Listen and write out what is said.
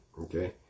Okay